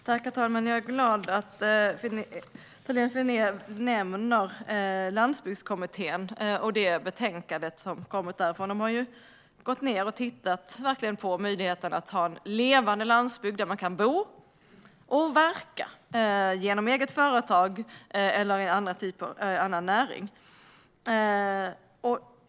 Herr talman! Jag är glad över att Ewa Thalén Finné nämner Landsbygdskommittén och dess betänkande. De har ju tittat på möjligheten att ha en levande landsbygd där man kan bo och verka genom eget företag eller annan näring.